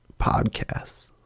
podcasts